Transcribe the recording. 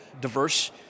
diverse